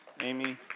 Amy